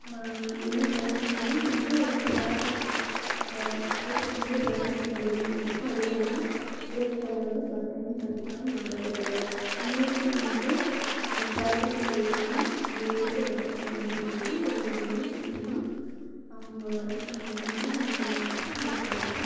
என்ன பிரச்சினைனா வந்து ட்ராஃபிக்கு இப்போ போயிட்டிருக்கும்போது ட்ராஃபிக் ரொம்ப அதிகமாக இருக்குது அதுல்லாமல் விலேஜ் சைடில் வந்து பஸ் டைம் கரெக்ட்டாகவும் வரதில்லை முன்னேற்றம் வந்து அந்த ட்ராஃபிக்குங்கிறது இல்லாமல் எல்லா ஊருக்கும் பஸ்ஸு போகிற மாதிரி இருந்தால் எல்லோர்னாலையும் சீக்கிரமாக அவங்கவுங்க ஒர்க்குக்கு போக முடியும் அவங்கவுங்க இதுக்கு ரீச்சாக முடியும்